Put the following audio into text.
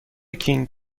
کینگ